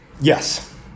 Yes